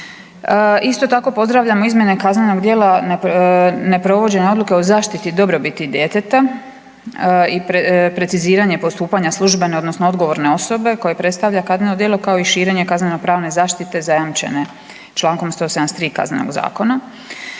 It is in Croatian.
Isto tako pozdravljamo izmjene kaznenog djela neprovođenja odluke o zaštiti dobrobiti djeteta i preciziranje postupanja službene odnosno odgovorne osobe koje predstavlja kazneno djelo kao i širenje kaznenopravne zaštite zajamčene čl. 173. KZ-a.